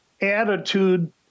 attitude